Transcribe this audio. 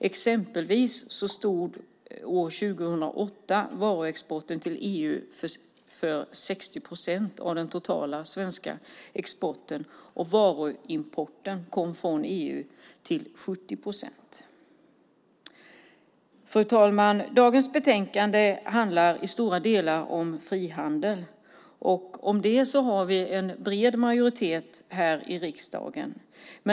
Exempelvis stod 2008 varuexporten till EU för 60 procent av den totala svenska exporten, och varuimporten kom till 70 procent från EU. Fru talman! Dagens betänkande handlar i stora delar om frihandel. Om det har vi en bred majoritet här i riksdagen.